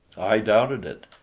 i doubted it.